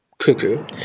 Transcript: cuckoo